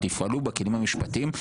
תפעלו בכיוונים המשפטיים,